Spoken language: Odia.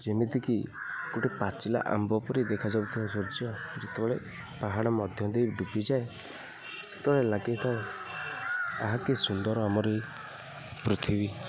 ଯେମିତି କି ଗୋଟେ ପାଚିଲା ଆମ୍ବ ପରି ଦେଖାଯାଉଥାଏ ସୂର୍ଯ୍ୟ ଯେତେବେଳେ ପାହାଡ଼ ମଧ୍ୟ ଦେଇ ଡୁବିଯାଏ ସେତେବେଳେ ଲାଗିଥାଏ ଆହା କି ସୁନ୍ଦର ଆମର ଏ ପୃଥିବୀ